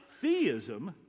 Theism